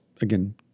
again